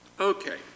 Okay